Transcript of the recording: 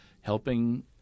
helping